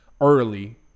early